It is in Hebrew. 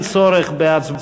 עמ' 27671,